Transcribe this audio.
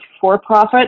for-profit